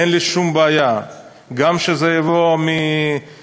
אין לי שום בעיה גם שזה יבוא מקטאר,